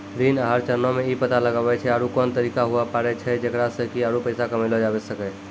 ऋण आहार चरणो मे इ पता लगाबै छै आरु कोन तरिका होय पाड़ै छै जेकरा से कि आरु पैसा कमयलो जाबै सकै छै